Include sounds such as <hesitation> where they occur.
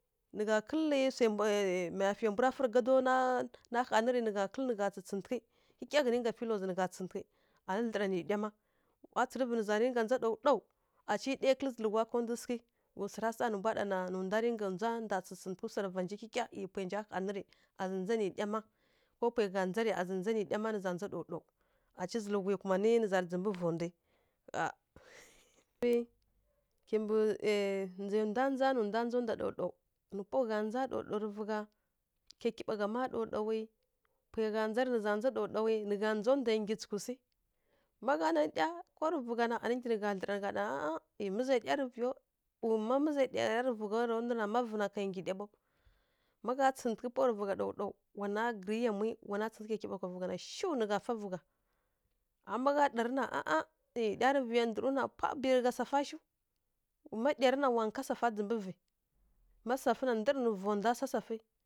Nǝ gha <hesitation> mayafiyai mbu ra fǝ rǝ gado na a hanǝ rǝ nǝ gha tsǝtsǝghǝtǝghǝ kyikya ghǝnǝ ngga pilo zǝ nǝ gha tsǝtsǝghǝtǝghǝ anǝ dlǝra nǝ ɗya ma wa tsǝrǝvǝ nǝ ghǝza rǝnka ndza daw-daw aci ɗya kǝlǝ zǝlǝghwa ka ndu sǝghǝ ghǝzǝ swara sa nǝ mbwa ɗana nǝ ndwa rǝnka tsǝtsǝghǝtǝghǝ swarǝ va nji kyikya, ˈyi pwai nja hanǝ rǝ a nji ndza nǝ ɗya ma, ko pwai gha ndza rǝ a zǝ ndza nǝ ɗya ma nǝ za ndza daw-daw, aci zǝlǝghwi kumanǝ nǝza ndzǝ mbǝ vondwi, ƙha <noise> kimbǝ <hesitation> ndzai ndwa ndza nǝ ndwa ndza ndwa daw-daw. Nǝ pawa gha ndza daw-daw rǝ vǝ gha, kyaikyiɓa gha má daw-daw pwai ghandza rǝ ma daw-dawi, nǝ gha ndza ndwa nggyi tsǝghǝ swi, má gha nanǝ ɗya ko rǝ vǝ gha anǝ ɗa mana mǝza ɗya rǝ vǝyaw, ma mǝza ɗya <hesitation> ma vǝ na ka nggyi ɗya ɓaw, ma gha tsǝghǝtǝghǝ pawa rǝvǝ gha daw-daw, wana gǝrǝ yamwi wana <unintelligible> kyaikyiɓa kwa vǝ gha na shiw nǝ gha fa vǝ gha. Ama ma gha ɗarǝ ɗya rǝ vǝya ndǝrǝw na dya safa shiw, ma ɗya ra na wa nka safa ndzǝ mbǝ vǝ, ma safǝ na ndǝrǝ vondwa sa safǝ.